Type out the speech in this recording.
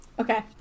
okay